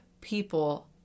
people